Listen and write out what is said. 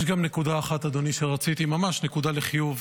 יש גם נקודה אחת, אדוני, שרציתי, ממש נקודה לחיוב.